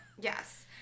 yes